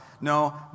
no